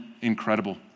incredible